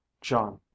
john